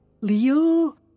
Leo